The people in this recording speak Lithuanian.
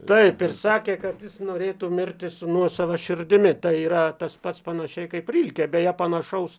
taip ir sakė kad jis norėtų mirti su nuosava širdimi tai yra tas pats panašiai kaip rilkė beje panašaus